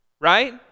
right